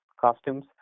costumes